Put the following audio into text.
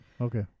Okay